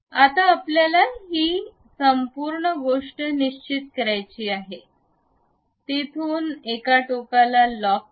आता आपल्याला ही संपूर्ण गोष्ट निश्चित करायची आहे येथून एका टोकाला लॉक करा